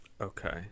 Okay